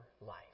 life